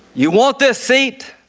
you want this seat,